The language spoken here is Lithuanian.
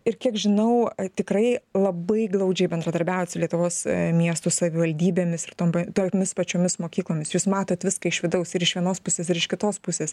ir kiek žinau tikrai labai glaudžiai bendradarbiaujat su lietuvos miestų savivaldybėmis ir tom tomis pačiomis mokyklomis jūs matot viską iš vidaus ir iš vienos pusės ir iš kitos pusės